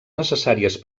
necessàries